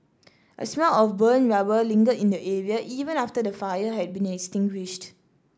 a smell of burnt rubber lingered in the area even after the fire had been extinguished